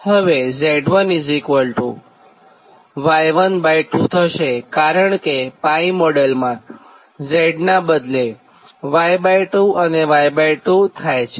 હવે Z1Y12 થશે કારણ કે 𝜋 મોડેલમાં Z નાં બદલે Y2 અને Y2 થાય છે